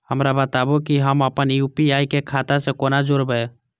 हमरा बताबु की हम आपन यू.पी.आई के खाता से कोना जोरबै?